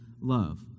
love